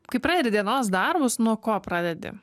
kai pradedi dienos darbus nuo ko pradedi